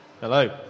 Hello